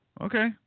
Okay